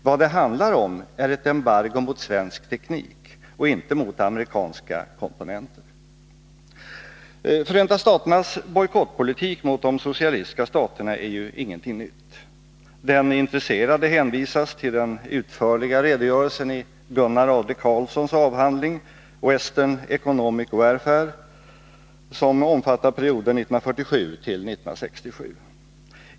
Vad det handlar om är ett embargo mot svensk teknik och inte mot amerikanska komponenter.” Förenta staternas bojkottpolitik mot de socialistiska staterna är ju ingenting nytt. Den intresserade hänvisas till den utförliga redogörelsen i Gunnar Adler-Karlssons avhandling Western Economic Warfare 1947-1967.